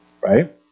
Right